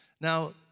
Now